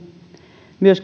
myös